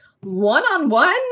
one-on-one